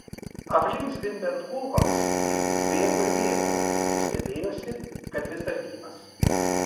aplink zvimbiant kulkoms jis vis bėgo ir bėgo ir stebėjosi kad vis dar gyvas